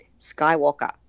Skywalker